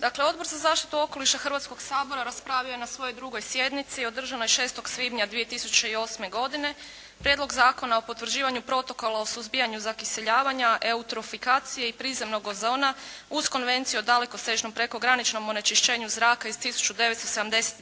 Dakle, Odbor za zaštitu okoliša Hrvatskog sabora raspravio je na svojoj 2. sjednici održanoj 6. svibnja 2008. godine Prijedlog zakona o potvrđivanju Protokola o suzbijanju zakiseljavanja, eutrofikacije i prizemnog ozona uz Konvenciju o dalekosežnom prekograničnom onečišćenju zraka iz 1979.